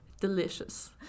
Delicious